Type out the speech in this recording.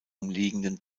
umliegenden